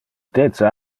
dece